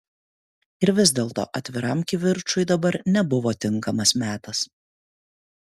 ir vis dėlto atviram kivirčui dabar nebuvo tinkamas metas